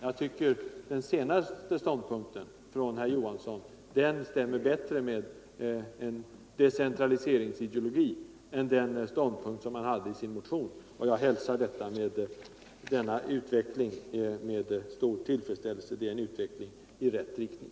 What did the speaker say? Jag tycker att herr Johanssons senaste ståndpunkt stämmer bättre med decentraliseringsfilosofin än ståndpunkten i hans motion. Jag hälsar denna ändring med tillfredsställelse — det är en utveckling i rätt riktning.